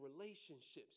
relationships